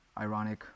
ironic